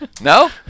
No